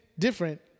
different